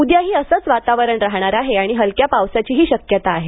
उद्याही असंच वातावरण राहणार आहे आणि हलक्या पावसाची शक्यता आहे